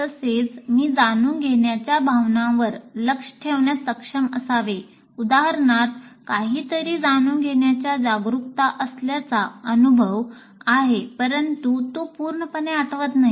तसेच मी जाणून घेण्याच्या भावनांवर लक्ष ठेवण्यास सक्षम असावे उदाहरणार्थ काहीतरी जाणून घेण्याच्या जागरूकता असल्याचा अनुभव आहे परंतु तो पूर्णपणे आठवत नाही